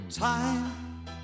Time